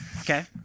Okay